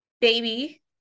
baby